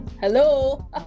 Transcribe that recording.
Hello